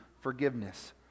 forgiveness